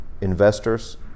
investors